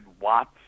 watts